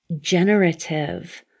generative